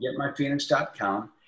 getmyphoenix.com